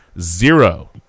zero